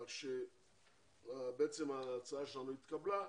כך שבעצם ההצעה שלנו התקבלה.